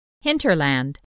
Hinterland